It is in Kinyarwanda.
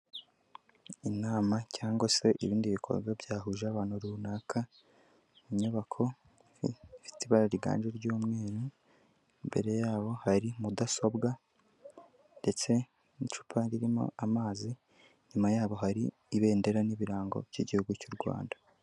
Inama cyangwa se ibindi bikorwa byahuje abantu runaka, mu nyubako ifite ibara riganje ry'umweru, imbere yabo hari mudasobwa ndetse n'icupa ririmo amazi, inyuma yabo hari ibendera n'ibirango by'igihugu cy'u Rwanda.